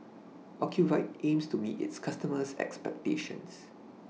Ocuvite aims to meet its customers' expectations